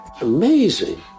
amazing